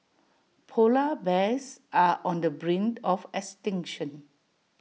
Polar Bears are on the brink of extinction